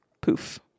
poof